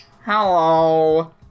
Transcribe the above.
Hello